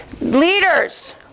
leaders